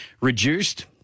reduced